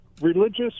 Religious